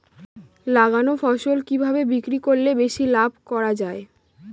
লাগানো ফসল কিভাবে বিক্রি করলে বেশি লাভ করা যায়?